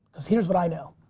cause here's what i know.